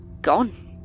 gone